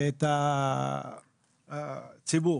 ואת הציבור.